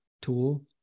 tool